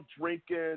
drinking